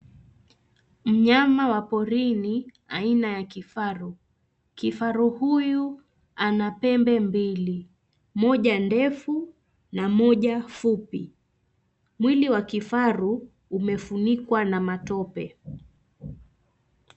Mnyama wa porini aina ya kifaru. Kifaru huyu ana pembe mbili, moja ndefu na moja fupi. Mwili wa kifaru umefunikwa na matope.